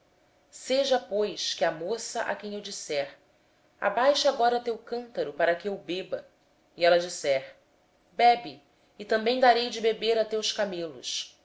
faze pois que a donzela a quem eu disser abaixa o teu cântaro peço-te para que eu beba e ela responder bebe e também darei de beber aos teus camelos